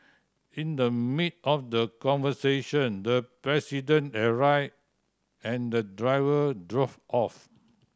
in the mid of the conversation the president arrived and the driver drove off